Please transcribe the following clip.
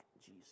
Jesus